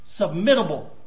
submittable